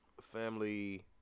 family